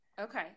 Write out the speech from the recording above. Okay